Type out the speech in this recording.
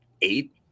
eight